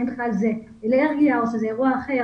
האם זו אלרגיה או משהו אחר,